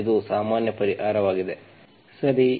ಇದು ಸಮೀಕರಣದ ಸಾಮಾನ್ಯ ಪರಿಹಾರವಾಗಿದೆ ಸರಿ